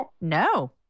No